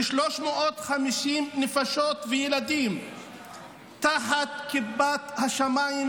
כ-350 נפשות וילדים תחת כיפת השמיים,